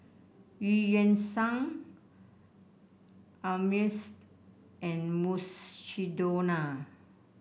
Eu Yan Sang Ameltz and Mukshidonna